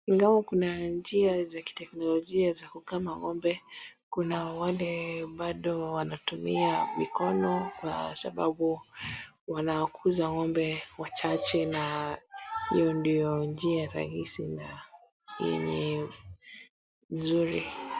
Ingawa kuna njia za kiteknolojia za kukama ng'ombe, kuna wale bado wanatumia mikono kwa sababu wanakuza ng'ombe wachache na hiyo ndio njia rahisi na yenye uzuri.